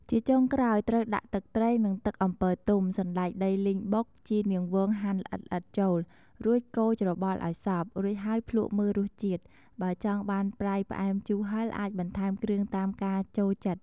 ជាចុងក្រោយ ត្រូវដាក់ ទឹកត្រី និង ទឹកអំពិលទុំ សណ្ដែកដីលីងបុក ជីនាងវងហាន់ល្អិតៗចូល រួចកូរច្របល់ឱ្យសព្វ រូចហើយភ្លក្សមើលរសជាតិ បើចង់បានប្រៃ ផ្អែម ជូរ ហឹរ អាចបន្ថែមគ្រឿងបានតាមការចូលចិត្ត។